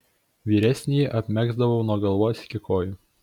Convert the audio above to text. vyresnįjį apmegzdavau nuo galvos iki kojų